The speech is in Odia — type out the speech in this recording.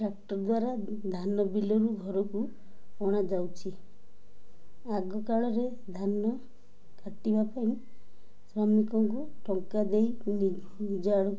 ଟ୍ରାକ୍ଟର ଦ୍ୱାରା ଧାନ ବିଲରୁ ଘରକୁ ଅଣାଯାଉଛି ଆଗ କାଳରେ ଧାନ କାଟିବା ପାଇଁ ଶ୍ରମିକଙ୍କୁ ଟଙ୍କା ଦେଇ ନିଜାଳୁ